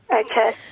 Okay